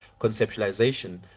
conceptualization